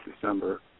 December